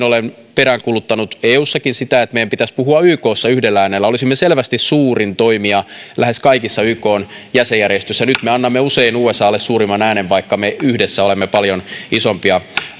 olen peräänkuuluttanut eussakin sitä että meidän pitäisi puhua ykssa yhdellä äänellä olisimme selvästi suurin toimija lähes kaikissa ykn jäsenjärjestöissä nyt me annamme usein usalle suurimman äänen vaikka me yhdessä olemme paljon isompia